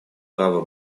право